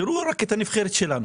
תראו רק את הנבחרת שלנו,